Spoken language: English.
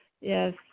Yes